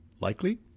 likely